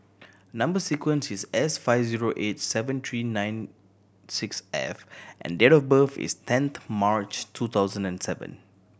number sequence is S five zero eight seven three nine six F and date of birth is tenth March two thousand and seven